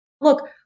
Look